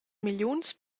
milliuns